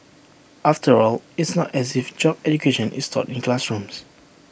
after all it's not as if job education is taught in classrooms